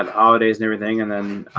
um ah days and everything and then